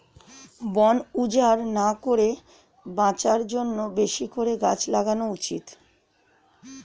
বন উজাড় না করে বাঁচার জন্যে বেশি করে গাছ লাগানো উচিত